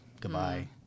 Goodbye